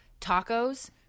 tacos